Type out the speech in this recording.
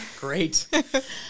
great